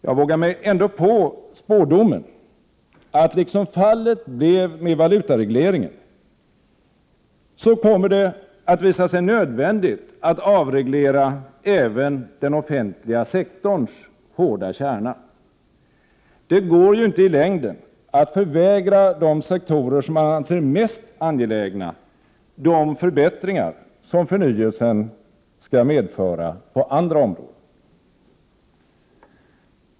Jag vågar mig ändå på spådomen att det, liksom fallet blev med valutaregleringen, kommer att visa sig nödvändigt att avreglera även den offentliga sektorns hårda kärna. Det går ju inte i längden att förvägra de sektorer som man anser mest angelägna de förbättringar som förnyelsen skall medföra på andra områden.